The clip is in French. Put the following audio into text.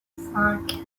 cinq